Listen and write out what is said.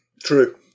True